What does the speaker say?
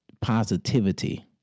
positivity